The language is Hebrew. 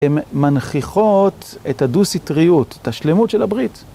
הן מנחיכות את הדו סיטריות, את השלמות של הברית.